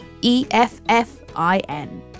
E-F-F-I-N